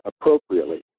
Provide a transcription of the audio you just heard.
appropriately